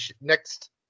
next